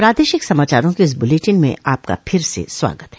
प्रादेशिक समाचारों के इस बुलेटिन में आपका फिर से स्वागत है